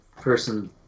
person